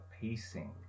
pacing